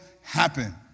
happen